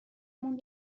مون